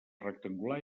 rectangular